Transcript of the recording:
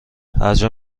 هرجا